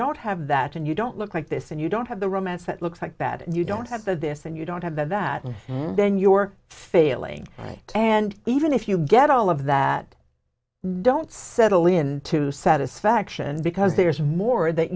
don't have that and you don't look like this and you don't have the romance that looks like bad you don't have that this and you don't have that and then you're failing and even if you get all of that don't settle in to satisfaction because there's more that